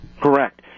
Correct